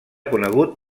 conegut